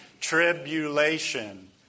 tribulation